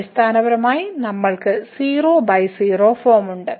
അടിസ്ഥാനപരമായി നമ്മൾക്ക് 00 ഫോം ഉണ്ട്